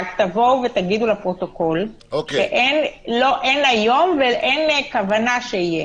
רק תגידו לפרוטוקול שאין היום ואין כוונה שתהיה.